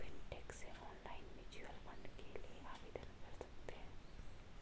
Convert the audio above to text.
fintech से online mutual fund के लिए आवेदन कर सकते हैं